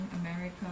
America